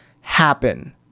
happen